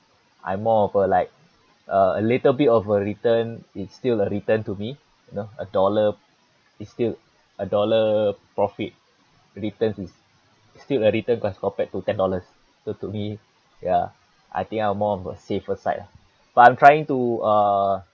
I'm more of a like uh a little bit of a return it's still a return to me you know a dollar is still a dollar profit returns is still a return as compared to ten dollars so to me ya I think I'm more of a safer side lah but I'm trying to uh